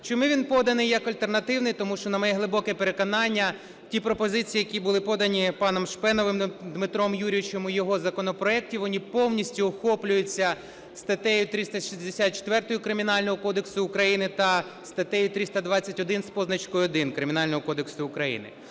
Чому він поданий як альтернативний? Тому що, на моє глибоке переконання, ті пропозиції, які були подані паном Шпеновим Дмитром Юрійовичем у його законопроекті, вони повністю охоплюються статтею 364 Кримінального кодексу України та статтею 321 з позначкою 1 Кримінального кодексу України.